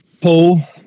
pull